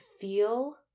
feel